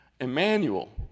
Emmanuel